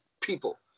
people